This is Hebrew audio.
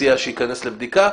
מציע שייכנס לבדיקה.